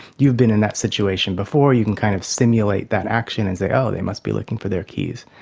you've been in that situation before, you can kind of simulate that action and say, oh, they must be looking for their keys,